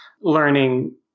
learning